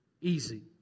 easy